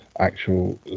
actual